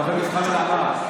חברי חמד עמאר,